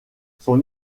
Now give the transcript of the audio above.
son